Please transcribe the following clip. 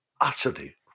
utterly